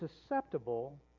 susceptible